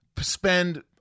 spend